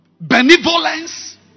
benevolence